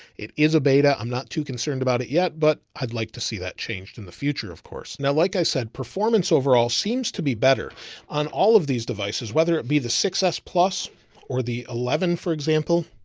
it is a beta. i'm not too concerned about it yet, but i'd like to see that changed in the future. of course now, like i said, performance overall seems to be better on all of these devices, whether it be the success plus or the eleven, for example,